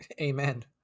Amen